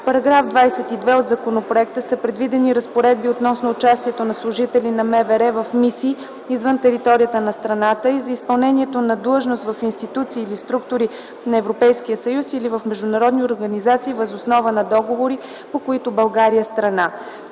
В § 22 от законопроекта са предвидени разпоредби относно участието на служители на МВР в мисии извън територията на страната и за изпълнението на длъжност в институции или структури на Европейския съюз или в международни организации въз основа на договори, по които България е страна.